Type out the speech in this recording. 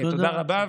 תודה רבה,